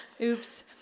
Oops